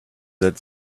that